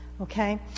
Okay